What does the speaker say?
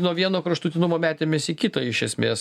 nuo vieno kraštutinumo metėmės į kitą iš esmės